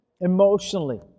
emotionally